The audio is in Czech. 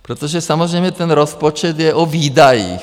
Protože samozřejmě ten rozpočet je o výdajích.